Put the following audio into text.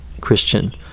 Christian